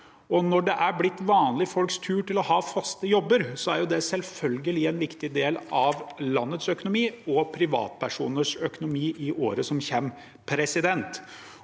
Når det er blitt vanlige folks tur til å ha faste jobber, er jo det selvfølgelig en viktig del av landets økonomi og privatpersoners økonomi i året som kommer. Det